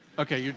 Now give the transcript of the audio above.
okay,